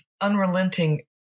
unrelenting